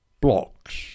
blocks